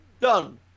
done